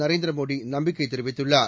நரேந்திரமோடி நம்பிக்கை தெரிவித்துள்ளார்